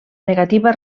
negativa